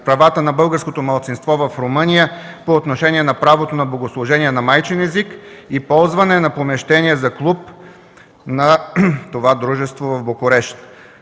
правата на българското малцинство в Румъния по отношение на правото на богослужение на майчин език и ползване на помещение за клуб на това дружество в Букурещ?